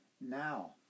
now